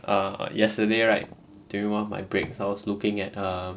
err yesterday right during one of my breaks I was looking at uh